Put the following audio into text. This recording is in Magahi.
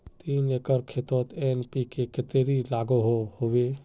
तीन एकर खेतोत एन.पी.के कतेरी लागोहो होबे?